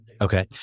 Okay